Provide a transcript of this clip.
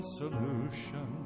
solution